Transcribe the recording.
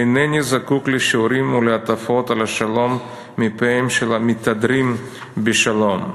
אינני זקוק לשיעורים ולהטפות על השלום מפיהם של המתהדרים בשלום,